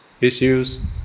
issues